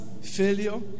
failure